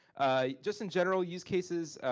ah just in general, use cases.